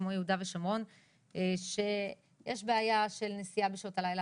כמו יהודה ושומרון שיש בעיה של נסיעה בשעות הלילה